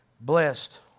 blessed